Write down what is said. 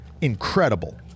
Incredible